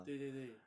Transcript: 对对对